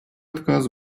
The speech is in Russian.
отказ